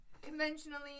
Conventionally